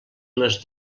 les